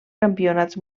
campionats